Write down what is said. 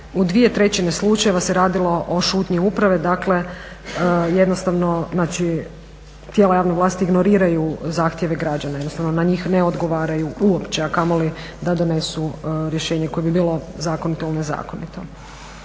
tijelo u 2/3 slučajeva se radilo o šutnji uprave, dakle jednostavno znači tijela javne vlasti ignoriraju zahtjeve građana, jednostavno na njih ne odgovaraju uopće, a kamoli da donesu rješenje koje bi bilo zakonito ili nezakonito.